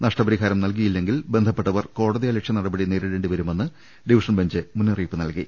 നഷ്ടപരിഹാരം നൽകിയില്ലെങ്കിൽ ബന്ധപ്പെട്ടവർ കോടതിയലക്ഷ്യ നടപടി നേരിടേണ്ടിവരുമെന്ന് ഡിവി ഷൻബെഞ്ച് മുന്നറിയിപ്പി നൽകി